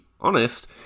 honest